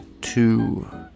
two